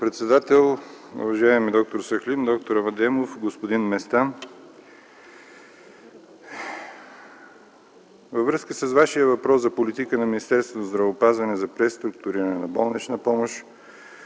председател, уважаеми д-р Сахлим, д-р Адемов, господин Местан! Във връзка с вашето питане за политиката на Министерството на здравеопазването за преструктуриране на болничната помощ,